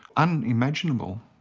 unimaginable.